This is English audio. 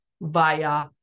via